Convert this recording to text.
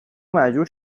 مجبور